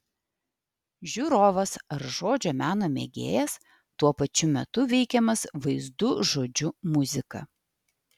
žiūrovas ar žodžio meno mėgėjas tuo pačiu metu veikiamas vaizdu žodžiu muzika